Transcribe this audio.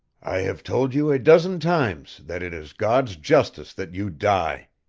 i have told you a dozen times that it is god's justice that you die.